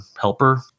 Helper